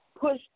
push